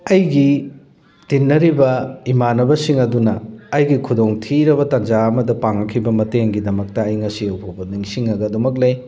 ꯑꯩꯒꯤ ꯇꯤꯟꯅꯔꯤꯕ ꯏꯃꯥꯅꯕꯁꯤꯡ ꯑꯗꯨꯅ ꯑꯩꯒꯤ ꯈꯨꯗꯣꯡ ꯊꯤꯔꯕ ꯇꯥꯟꯖꯥ ꯑꯃꯗ ꯄꯥꯡꯉꯛꯈꯤꯕ ꯃꯇꯦꯡꯒꯤꯗꯃꯛꯇ ꯑꯩ ꯉꯁꯤꯐꯥꯎꯕ ꯅꯤꯡꯁꯤꯡꯂꯒ ꯑꯗꯨꯝꯃꯛ ꯂꯩ